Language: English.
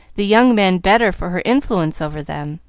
the young men better for her influence over them,